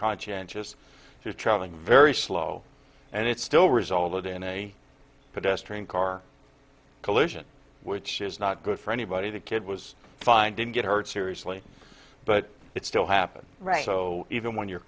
conscientious traveling very slow and it still resulted in a pedestrian car collision which is not good for anybody the kid was fine didn't get hurt seriously but it still happened right so even when you're